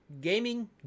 gaming